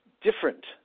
different